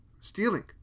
stealing